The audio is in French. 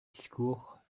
discours